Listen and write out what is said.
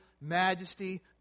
majesty